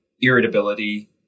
irritability